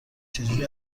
چجوری